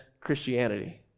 Christianity